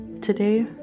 Today